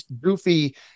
goofy